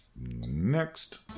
Next